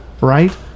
right